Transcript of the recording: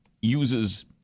uses